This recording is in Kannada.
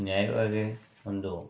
ನ್ಯಾಯವಾಗಿ ಒಂದು